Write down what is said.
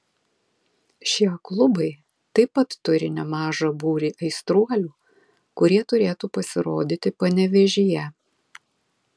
šie klubai taip pat turi nemažą būrį aistruolių kurie turėtų pasirodyti panevėžyje